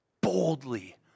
boldly